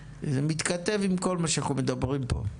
זה מתכתב עם כל מה שאנחנו מדברים פה.